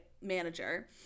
manager